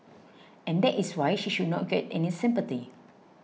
and that is why she should not get any sympathy